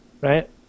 right